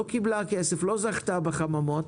היא לא קיבלה כסף, לא זכתה בחממות,